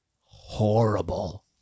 Horrible